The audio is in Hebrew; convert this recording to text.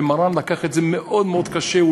ומרן לקח את זה מאוד מאוד קשה.